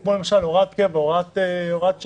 כמו למשל הוראת קבע, הוראת שעה,